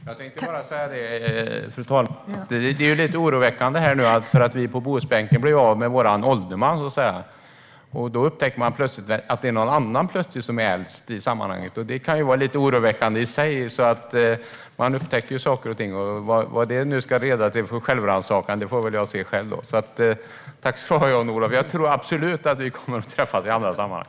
Fru talman! Jag vill bara säga att det är lite oroväckande att vi på Bohusbänken blir av med vår ålderman. Man upptäcker då att det plötsligt är en annan som är äldst i sammanhanget. Det kan i sig vara oroande. Vad detta nu ska leda till lär jag få se genom självrannsakan. Tack ska du ha, Jan-Olof! Jag tror absolut att vi kommer att ses i andra sammanhang.